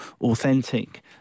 authentic